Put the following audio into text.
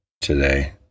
today